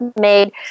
made